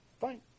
fine